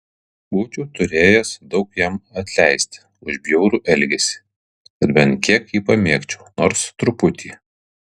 būčiau turėjęs daug jam atleisti už bjaurų elgesį kad bent kiek jį pamėgčiau nors truputį